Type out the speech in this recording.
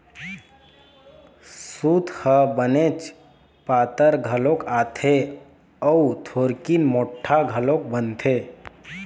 सूत ह बनेच पातर घलोक आथे अउ थोरिक मोठ्ठा घलोक बनथे